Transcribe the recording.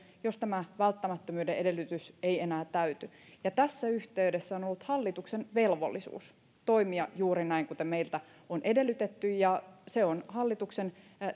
jos tämä välttämättömyyden edellytys ei enää täyty tässä yhteydessä on ollut hallituksen velvollisuus toimia juuri näin kuten meiltä on edellytetty ja se on hallituksen